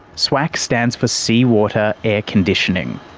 swac stands for sea water air conditioning.